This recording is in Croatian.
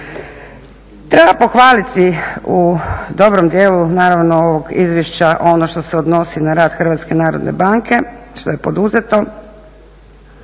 Treba pohvaliti u dobrom dijelu naravno ovog izvješća ono što se odnosi na rad Hrvatske narodne banke što je poduzeto.